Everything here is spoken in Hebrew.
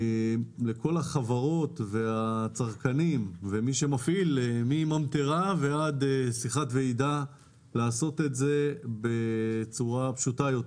ומאפשרים לכל החברות והצרכנים לעשות את זה בצורה פשוטה יותר.